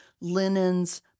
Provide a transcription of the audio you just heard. linens